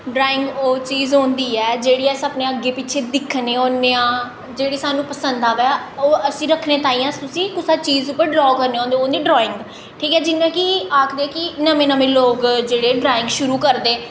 drawing ओह् चीज़ होंदी ऐ जेह्ड़ी अस अपने अग्गें पिच्छें दिक्खने होन्ने आं जेह्ड़ी सानूं पसंद अ'वै उस्सी रक्खने ताहीं अस उस्सी कुसै चीज़ उप्पर ड्राह् करने आं ओह् होंदी ऐ ड्राईंग ठीक ऐ कि जि'यां आखदे कि नमें नमें लोग जेह्ड़े ड्राईंग शुरू करदे